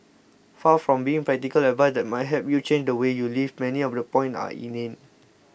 far from being practical advice that might help you change the way you live many of the points are inane